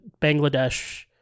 Bangladesh